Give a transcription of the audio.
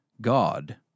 God